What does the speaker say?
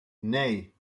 nee